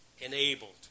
enabled